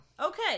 Okay